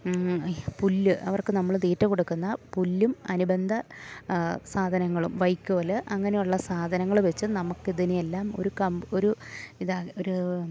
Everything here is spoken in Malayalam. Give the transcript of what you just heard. പുല്ല് അവർക്ക് നമ്മൾ തീറ്റ കൊടുക്കുന്ന പുല്ലും അനുബന്ധ സാധനങ്ങളും വൈക്കോൽ അങ്ങനെയുള്ള സാധനങ്ങൾ വെച്ച് നമുക്കിതിനെയെല്ലാം ഒരു കമ്പ് ഒരു ഇതാ ഒരു